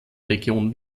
region